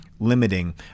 limiting